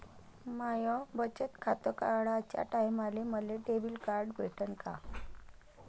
माय बचत खातं काढाच्या टायमाले मले डेबिट कार्ड भेटन का?